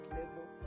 level